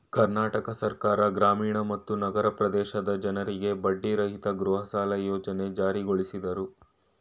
ಕರ್ನಾಟಕ ಸರ್ಕಾರ ಗ್ರಾಮೀಣ ಮತ್ತು ನಗರ ಪ್ರದೇಶದ ಜನ್ರಿಗೆ ಬಡ್ಡಿರಹಿತ ಗೃಹಸಾಲ ಯೋಜ್ನೆ ಜಾರಿಗೊಳಿಸಿದ್ರು